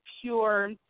pure